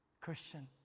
Christian